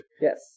Yes